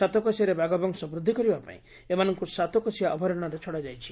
ସାତକୋଶିଆରେ ବାଘ ବଂଶ ବୃଦ୍ଧି କରିବା ପାଇଁ ଏମାନଙ୍କୁ ସାତକୋଶିଆ ଅଭୟାରଣ୍ୟରେ ଛଡ଼ାଯାଇଛି